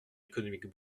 économiques